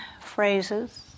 phrases